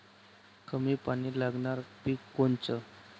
कमी पानी लागनारं पिक कोनचं?